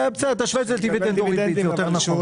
בסדר, תשווה את זה לדיבידנדים, זה יותר נכון.